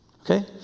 okay